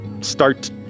start